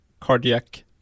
cardiac